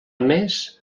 més